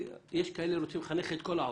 יש כאלה שרוצים לחנך את כל העולם.